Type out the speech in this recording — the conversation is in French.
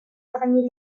parmi